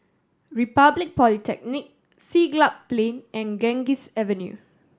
Republic Polytechnic Siglap Plain and Ganges Avenue